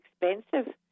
expensive